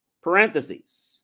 parentheses